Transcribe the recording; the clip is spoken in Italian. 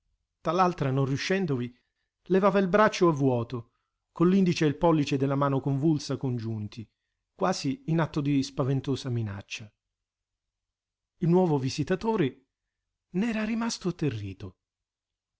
tal'altra non riuscendovi levava il braccio a vuoto con l'indice e il pollice della mano convulsa congiunti quasi in atto di spaventosa minaccia il nuovo visitatore n'era rimasto